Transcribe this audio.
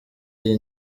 iyi